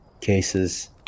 cases